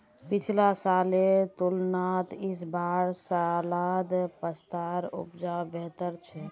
पिछला सालेर तुलनात इस बार सलाद पत्तार उपज बेहतर छेक